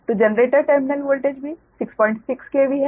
तो generator terminal voltage भी 66 KV है